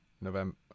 November